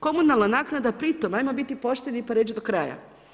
Komunalna naknada pritom, hajmo biti pošteni pa reći do kraja.